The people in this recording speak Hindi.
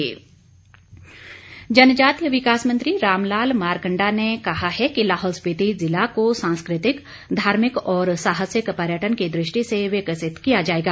मारकंडा जनजातीय विकास मंत्री रामलाल मारकंडा ने कहा है कि लाहौल स्पीति जिला को सांस्कृतिक धार्मिक और सहासिक पर्यटन की दृष्टि से विकसित किया जाएगा